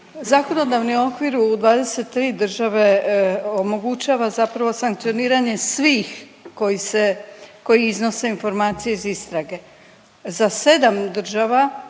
zakonodavni okvir u 23 države omogućava zapravo sankcioniranje svih koji iznose informacije iz istrage. Za 7 država